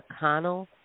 McConnell